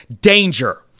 danger